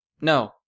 No